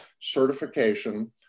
certification